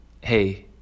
Hey